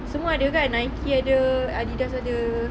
semua ada kan Nike ada Adidas ada